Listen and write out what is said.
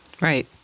Right